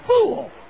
fool